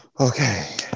Okay